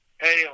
hey